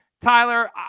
Tyler